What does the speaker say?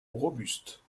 robuste